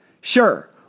Sure